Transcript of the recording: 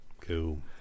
Cool